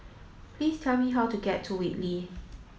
please tell me how to get to Whitley